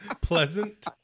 Pleasant